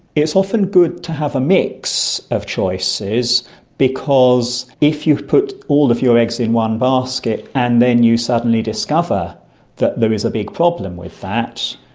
it's often good to have a mix of choices because if you've put all of your eggs in one basket and then you suddenly discover that there is a big problem with that,